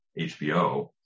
HBO